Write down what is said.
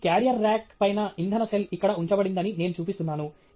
ఈ carrier rack పైన ఇంధన సెల్ ఇక్కడ ఉంచబడిందని నేను చూపిస్తున్నాను